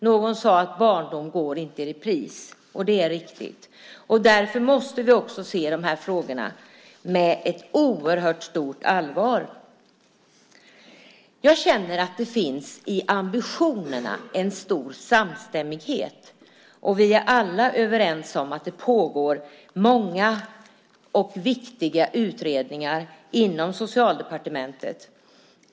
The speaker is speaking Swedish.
Någon sade: Barndom går inte i repris. Det är riktigt. Därför måste vi också se de här frågorna med ett oerhört stort allvar. Jag känner att det finns en stor samstämmighet i ambitionerna. Vi är alla överens om att det pågår många och viktiga utredningar inom Socialdepartementet.